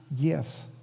gifts